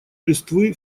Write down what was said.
листвы